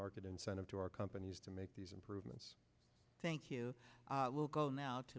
market incentive to our companies to make these improvements thank you will go now to